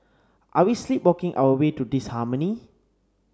are we sleepwalking our way to disharmony